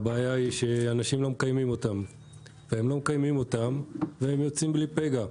הבעיה היא שאנשים לא מקיימים אותם והם יוצאים בלי פגע,